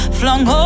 flung